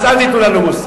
אז אל תטיפו לנו מוסר.